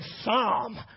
Psalm